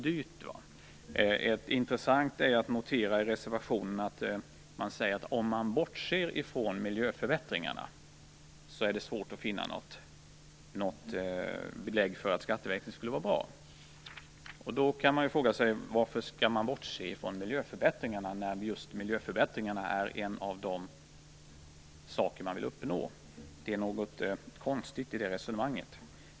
Det är intressant att notera att i reservationen säger de att om man bortser ifrån miljöförbättringarna, är det svårt att finna något belägg för att skatteväxling skulle vara bra. Då kan man fråga sig varför man skall bortse ifrån miljöförbättringarna när det är just en av de saker man vill uppnå. Det är något konstigt i det resonemanget.